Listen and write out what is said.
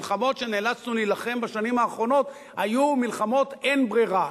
המלחמות שנאלצנו להילחם בשנים האחרונות היו מלחמות אין-ברירה,